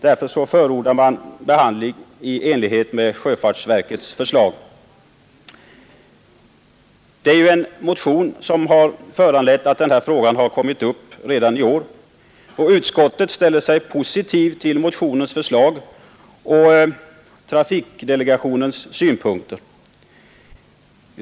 Därför förordade man behandling i enlighet med sjöfartsverkets förslag. Det är ju en motion som föranlett att denna fråga kommit upp redan i år. Utskottet ställer sig positivt till motionens förslag och trafikdelegationens synpunkter.